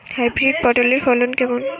Hybrid পটলের ফলন কেমন?